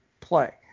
play